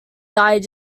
died